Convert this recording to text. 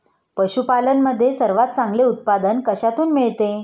पशूपालन मध्ये सर्वात चांगले उत्पादन कशातून मिळते?